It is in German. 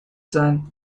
sein